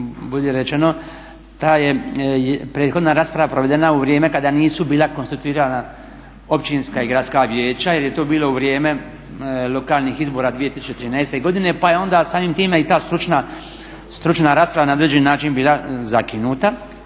bolje rečeno ta je prethodna rasprava provedena u vrijeme kad nisu bila konstituirana općinska i gradska vijeća jer je to bilo u vrijeme lokalnih izbora 2013.godine pa je onda samim time i ta stručna rasprava na određen način bila zakinuta,